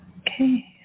Okay